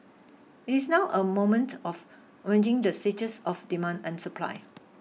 it is now a moment of managing the stages of demand and supply